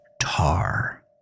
tar